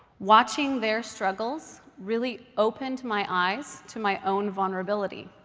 watching their struggles really opened my eyes to my own vulnerability.